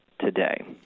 today